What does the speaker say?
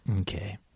Okay